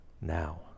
now